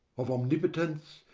of omnipotence,